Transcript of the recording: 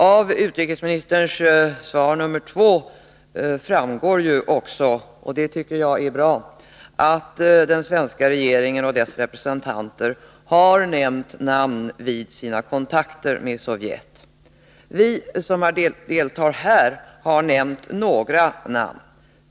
Av utrikesministerns svar nr 2 framgår också — och det tycker jag är bra — att den svenska regeringen och dess representanter har nämnt namn vid sina kontakter med Sovjet. Vi som deltar i debatten här har nämnt några namn.